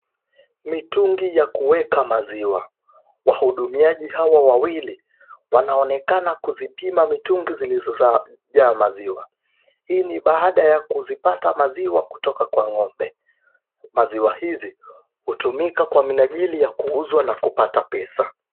Mitungi ya kuweka maziwa. Wahudumiaji hawa wawili wanaonekana kuzipima mitungi zilizojaa maziwa. Hii ni baada ya kuzipata maziwa kutoka kwa ng'ombe. Maziwa hizi hutumika kwa minajili ya kuuzwa na kupata pesa.